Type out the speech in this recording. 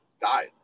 died